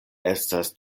estas